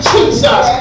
Jesus